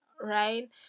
right